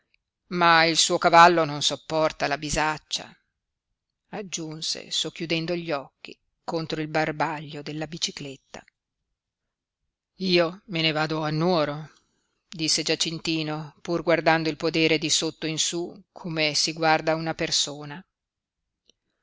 ma il suo cavallo non sopporta la bisaccia aggiunse socchiudendo gli occhi contro il barbaglio della bicicletta io me ne vado a nuoro disse giacintino pur guardando il podere di sotto in su come si guarda una persona